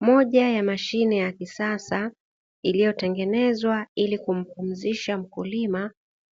Moja ya mashine ya kisasa iliyotengenezwa ili kumpumzisha mkulima